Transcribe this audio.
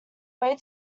way